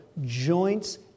joints